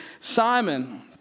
Simon